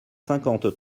cinquante